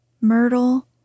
myrtle